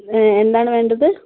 എന്താണ് വേണ്ടത്